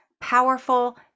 powerful